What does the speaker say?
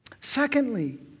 Secondly